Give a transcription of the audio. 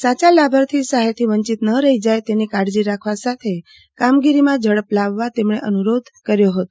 સાચો લાભાર્થી સહાયથી વંચિત ન રહીજાય તેની કાળજી રાખવા સાથે કામગીરીમાં ઝડપ લાવવા તેમણે અનુરોધ કર્યો હતો